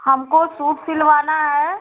हमको सूट सिलवाना है